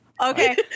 Okay